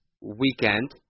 weekend